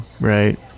Right